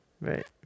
Right